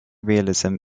realism